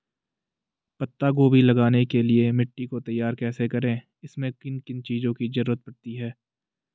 पत्ता गोभी लगाने के लिए मिट्टी को तैयार कैसे करें इसमें किन किन चीज़ों की जरूरत पड़ती है?